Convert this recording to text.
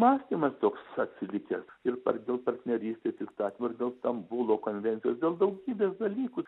mąstymas toks atsilikęs ir par dėl partnerystės įstatymo ir dėl stambulo konvencijos dėl daugybės dalykų